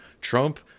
Trump